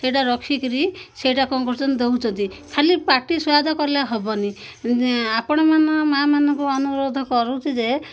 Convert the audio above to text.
ସେଇଟା ରଖିକିରି ସେଇଟା କ'ଣ କରୁଛନ୍ତି ଦଉଛନ୍ତି ଖାଲି ପାଟି ସ୍ୱଆାଦ କଲେ ହବନି ଆପଣମାନ ମା ମାନଙ୍କୁ ଅନୁରୋଧ କରୁଛି ଯେ